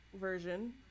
version